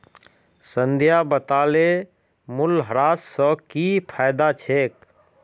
संध्या बताले मूल्यह्रास स की फायदा छेक